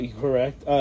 Correct